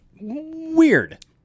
weird